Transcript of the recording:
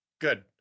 Good